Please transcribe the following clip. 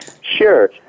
Sure